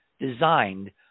designed